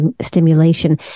stimulation